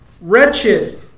Wretched